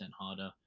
harder